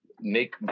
make